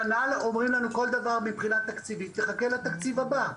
כנ"ל אומרים לנו על כל דבר מבחינה תקציבית תחכה לתקציב הבא.